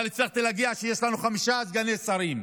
אבל הצלחתי להגיע לכך שיש לנו חמישה סגני שרים,